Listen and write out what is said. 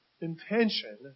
intention